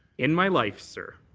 in my life, sir,